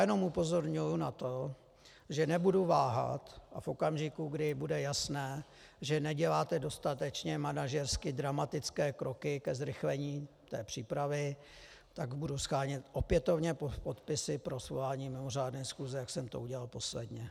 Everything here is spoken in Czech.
Jenom upozorňuji na to, že nebudu váhat a v okamžiku, kdy bude jasné, že neděláte dostatečně manažersky dramatické kroky ke zrychlení přípravy, tak budu shánět opětovně podpisy pro svolání mimořádné schůze, jak jsem to udělal posledně.